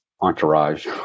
entourage